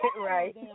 Right